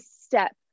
step